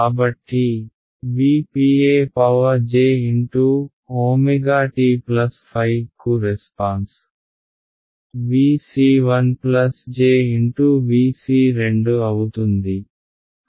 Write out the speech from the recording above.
కాబట్టి V p e j ω t ϕ కు response V c 1 j × V c 2 అవుతుంది